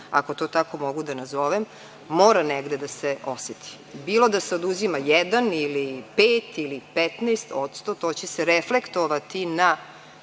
ako to tako mogu da nazovem, mora negde da se oseti. Bilo da se oduzima jedan ili pet, ili 15% to će se reflektovati na